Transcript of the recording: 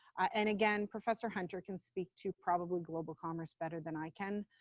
and again, professor hunter can speak to probably global commerce better than i can.